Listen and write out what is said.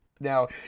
Now